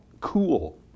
cool